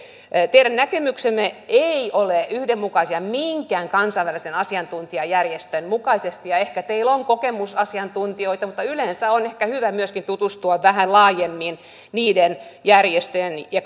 teidän näkemyksenne eivät ole yhdenmukaisia minkään kansainvälisen asiantuntijajärjestön kanssa ja ehkä teillä on kokemusasiantuntijoita mutta yleensä on ehkä hyvä myöskin tutustua vähän laajemmin niiden järjestöjen ja